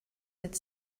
that